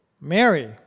Mary